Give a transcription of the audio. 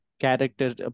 character